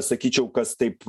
sakyčiau kas taip